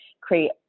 create